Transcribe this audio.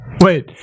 Wait